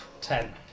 Ten